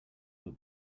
that